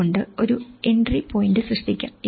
അതുകൊണ്ടു ഒരു entry point സൃഷ്ടിക്കുക